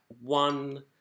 one